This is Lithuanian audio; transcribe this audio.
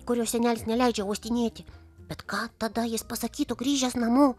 kurio senelis neleidžia uostinėti bet ką tada jis pasakytų grįžęs namo